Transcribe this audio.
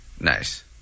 Nice